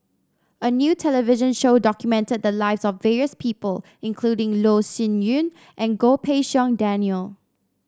a new television show documented the lives of various people including Loh Sin Yun and Goh Pei Siong Daniel